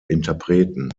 interpreten